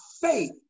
faith